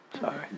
Sorry